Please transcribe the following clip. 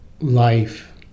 life